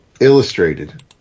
Illustrated